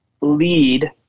lead